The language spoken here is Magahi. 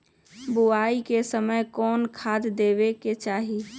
बोआई के समय कौन खाद देवे के चाही?